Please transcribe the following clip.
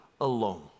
alone